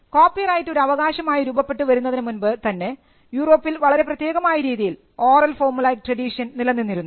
copyright ഒരു അവകാശമായി രൂപപ്പെട്ടു വരുന്നതിനു മുൻപ് തന്നെ യൂറോപ്പിൽ വളരെ പ്രത്യേകമായ രീതിയിൽ ഓറൽ ഫോർമുലൈക് ട്രഡിഷൻ നിലനിന്നിരുന്നു